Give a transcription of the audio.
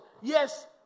Yes